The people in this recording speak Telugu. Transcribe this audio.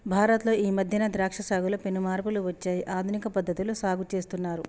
భారత్ లో ఈ మధ్యన ద్రాక్ష సాగులో పెను మార్పులు వచ్చాయి ఆధునిక పద్ధతిలో సాగు చేస్తున్నారు